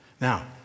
Now